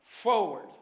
Forward